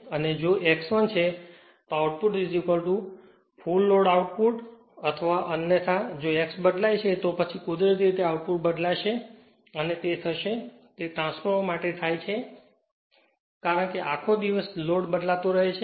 અને જો X 1 છે તો આઉટપુટ ફુલ લોડ આઉટપુટ અથવા અન્યથા જો X બદલાય છે તો પછી કુદરતી રીતે આઉટપુટ બદલાશે અને તે થશે અને તે ટ્રાન્સફોર્મર માટે થાય છે કારણ કે આખો દિવસ લોડ બદલાતો રહે છે